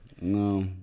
no